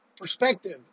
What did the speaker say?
Perspective